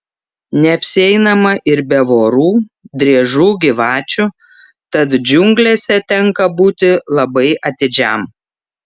neapsieinama ir be vorų driežų gyvačių tad džiunglėse tenka būti labai atidžiam